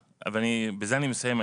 בזה אני מסיים,